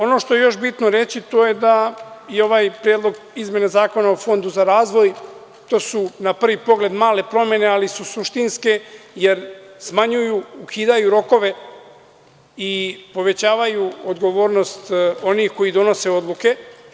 Ono što je još bitno reći, to je da je ovaj Predlog izmene Zakona o Fondu za razvoj, to su na prvi pogled male promene, ali su suštinske jer smanjuju i ukidaju rokove i povećavaju odgovornost onih koji donose odluke.